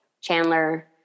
chandler